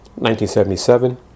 1977